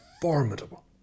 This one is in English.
formidable